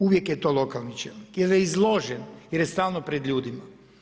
Uvijek je to lokalni čelnik jer je izložen, jer je stalno pred ljudima.